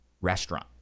restaurant